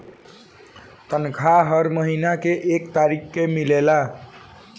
तनखाह हर महीना में एक तारीख के मिलेला